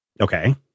Okay